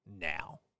now